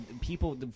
people